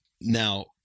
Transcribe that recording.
Now